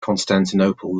constantinople